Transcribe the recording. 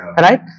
Right